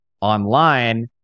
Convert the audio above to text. online